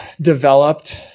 developed